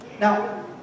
Now